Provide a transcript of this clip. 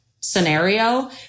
scenario